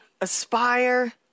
aspire